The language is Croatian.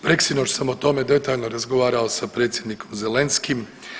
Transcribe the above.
Preksinoć sam o tome detaljno razgovarao sa predsjednikom Zelenskim.